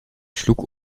schlug